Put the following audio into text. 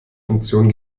funktion